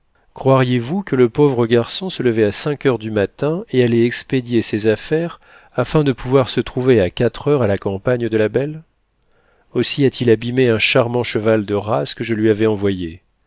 croiriez-vous que le pauvre garçon se levait à cinq heures du matin et allait expédier ses affaires afin de pouvoir se trouver à quatre heures à la campagne de la belle aussi a-t-il abîmé un charmant cheval de race que je lui avais envoyé